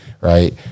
Right